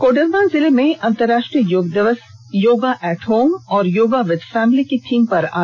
कोडरमा जिले में अंतरराष्ट्रीय योग दिवस योगा एट होम और योगा विथ फैमिली की थीम पर आधारित होगा